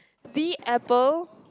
the apple